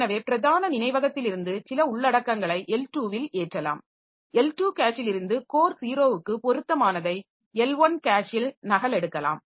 எனவே பிரதான நினைவகத்திலிருந்து சில உள்ளடக்கங்களை L2 வில் ஏற்றலாம் L2 கேஷிலிருந்து கோர் 0 க்கு பொருத்தமானதை L1 கேஷில் நகலெடுக்கலாம்